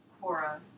Cora